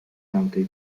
tamtej